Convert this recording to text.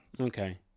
Okay